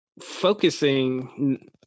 focusing